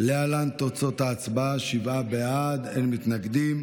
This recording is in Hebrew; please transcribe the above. להלן תוצאות ההצבעה: שבעה בעד, אין מתנגדים.